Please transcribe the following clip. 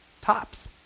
tops